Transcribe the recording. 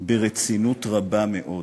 ברצינות רבה מאוד.